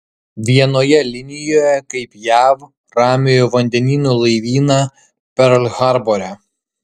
vienoje linijoje kaip jav ramiojo vandenyno laivyną perl harbore